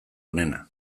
onena